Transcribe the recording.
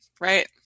right